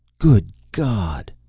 good god.